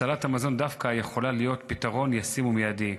דווקא הצלת המזון יכולה להיות פתרון ישים ומיידי.